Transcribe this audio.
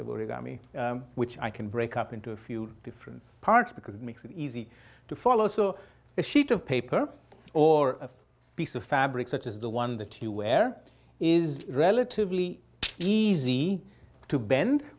origami which i can break up into a few different parts because it makes it easy to follow so a sheet of paper or a piece of fabric such as the one that you wear is relatively easy to ben